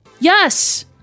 Yes